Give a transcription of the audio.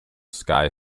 sky